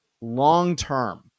long-term